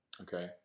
Okay